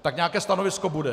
Tak nějaké stanovisko bude.